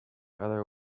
other